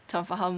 tak faham